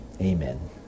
amen